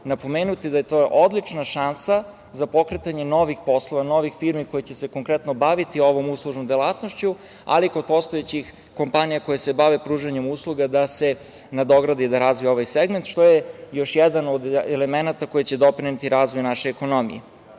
napomenuti da je to odlična šansa za pokretanje novih poslova, novih firmi koje će se konkretno baviti ovom uslužnom delatnošću, ali kod postojećih kompanije koje se bave pružanjem usluga da se nadogradi da razvije ovaj segment, što je još jedan od elemenata koji će doprineti razvoju naše ekonomije. Ono